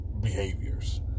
behaviors